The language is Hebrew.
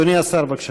אדוני השר, בבקשה.